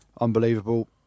Unbelievable